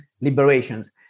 liberations